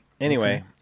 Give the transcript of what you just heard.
anyway-